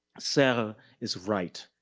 serra is right,